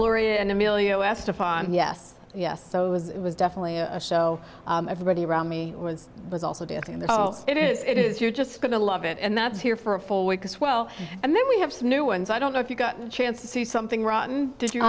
gloria and amelia estefan yes yes so it was it was definitely a show everybody around me was was also dancing there it is it is you're just going to love it and that's here for a full week as well and then we have some new ones i don't know if you got a chance to see something rotten does you